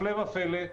הפלא ופלא.